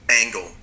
angle